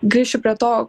grįšiu prie to